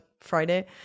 Friday